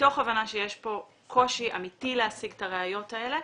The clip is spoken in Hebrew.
זאת מתוך הבנה שיש פה קושי אמתי להשיג את הראיות האלה.